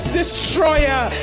destroyer